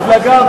מפלגה אבודה.